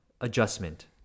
adjustment